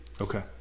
Okay